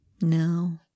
No